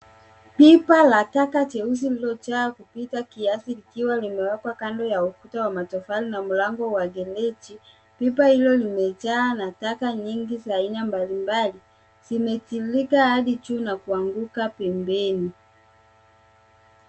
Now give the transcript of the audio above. Pipa la taka jeusi lililojaa kupita kiasi likiwa limewekwa kando ya ukuta wa matofali na mlango wa gereji. Pipa hilo limejaa na taka nyingi za aina mbalimbali zimetiririka hadi juu na kuanguka pembeni.